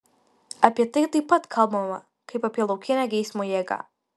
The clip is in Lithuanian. apie tai taip pat kalbama kaip apie laukinę geismo jėgą